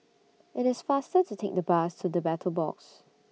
IT IS faster to Take The Bus to The Battle Box